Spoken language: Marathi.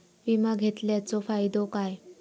विमा घेतल्याचो फाईदो काय?